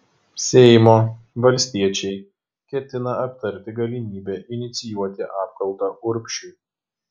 seimo valstiečiai ketina aptarti galimybę inicijuoti apkaltą urbšiui